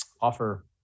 offer